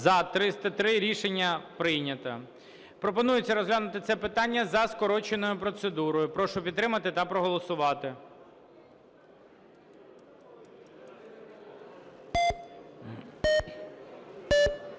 За-303 Рішення прийнято. Пропонується розглянути це питання за скороченою процедурою. Прошу підтримати та проголосувати.